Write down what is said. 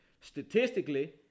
Statistically